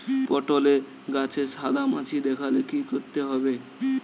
পটলে গাছে সাদা মাছি দেখালে কি করতে হবে?